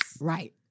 Right